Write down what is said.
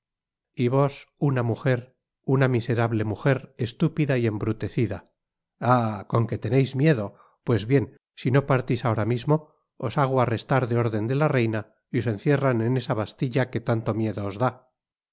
y vos una mujer una miserable mujer estúpida y embrutecida ah con qué teneis miedo pues bien si no partís ahora mismo os hago arrestar de órden de la reina y os encierran en esa bastilla que tanto miedo os da